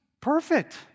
perfect